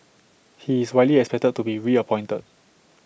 he is widely expected to be reappointed